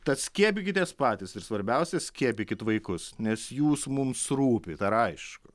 tad skiepykitės patys ir svarbiausia skiepykit vaikus nes jūs mums rūpit ar aišku